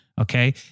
okay